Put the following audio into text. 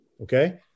Okay